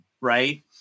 right